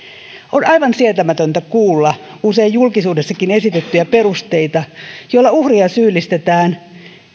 on aivan sietämätöntä kuulla usein julkisuudessakin esitettyjä perusteita joilla uhria syyllistetään